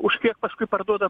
už kiek paskui parduoda